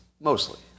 mostly